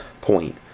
point